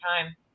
time